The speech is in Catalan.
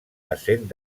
essent